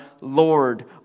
Lord